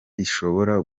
ishobora